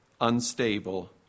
unstable